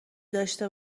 داشته